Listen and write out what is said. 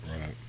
Right